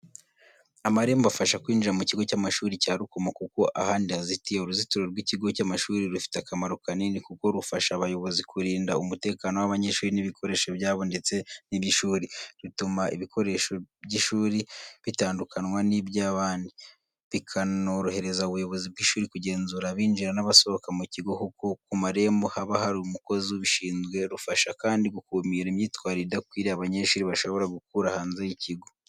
Amarembo afasha kwinjira mu kigo cy'amashuri cya Rukomo kuko ahandi hazitiye. Uruzitiro rw’ikigo cy’amashuri rufite akamaro kanini kuko rufasha ubuyobozi kurinda umutekano w’abanyeshuri n’ibikoresho byabo ndetse n’iby’ishuri, rutuma ibikorwa by’ishuri bitandukanwa n’iby’abandi, bikanorohereza ubuyobozi bw'ishuri kugenzura abinjira n’abasohoka mu kigo kuko ku marembo haba hari umukozi ubishinzwe. Rufasha kandi gukumira imyitwarire idakwiriye abanyeshuri bashobora gukura hanze y’ikigo.